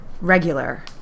regular